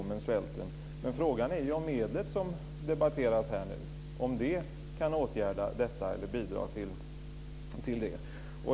Men frågan är om det medel som debatteras här kan bidra till att uppnå målet.